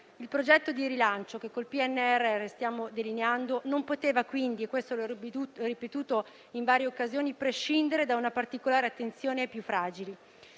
Il progetto di rilancio che con il PNRR stiamo delineando non poteva quindi - questo l'ho ripetuto in varie occasioni - prescindere da una particolare attenzione ai più fragili.